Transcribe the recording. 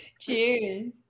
Cheers